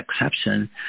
exception